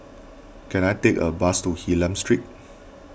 can I take a bus to Hylam Street